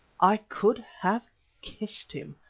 i could have kissed him.